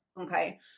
Okay